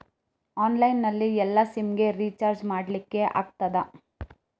Online ನಲ್ಲಿ ಎಲ್ಲಾ SIM ಗೆ ರಿಚಾರ್ಜ್ ಮಾಡಲಿಕ್ಕೆ ಆಗ್ತದಾ?